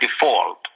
default